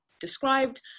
described